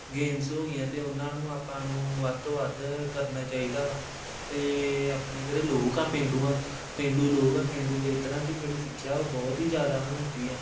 games ਹੋ ਗਈਆਂ ਅਤੇ ਉਹਨਾਂ ਨੂੰ ਆਪਾਂ ਨੂੰ ਵੱਧ ਤੋਂ ਵੱਧ ਕਰਨਾ ਚਾਹੀਦਾ ਵਾ ਅਤੇ ਆਪਣੇ ਕਿਹੜੇ ਲੋਕ ਆ ਪੇਂਡੂ ਆ ਪੇਂਡੂ ਲੋਕ ਆ ਪੇਂਡੂ ਖੇਤਰਾਂ 'ਚ ਜਿਹੜੀ ਸਿੱਖਿਆ ਉਹ ਬਹੁਤ ਹੀ ਜ਼ਿਆਦਾ ਹੁੰਦੀ ਆ